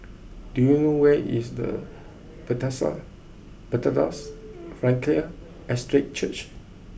do you know where is the Bethesda Frankel Estate Church